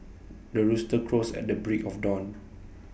the rooster crows at the break of dawn